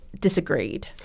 disagreed